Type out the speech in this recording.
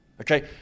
Okay